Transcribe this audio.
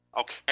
Okay